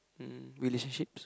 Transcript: mm relationships